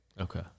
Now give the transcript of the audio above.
okay